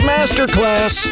Masterclass